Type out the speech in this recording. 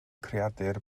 creadur